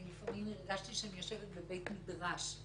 אני לפעמים הרגשתי שאני יושבת בבית מדרש,